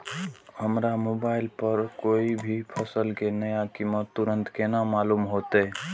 हमरा मोबाइल पर कोई भी फसल के नया कीमत तुरंत केना मालूम होते?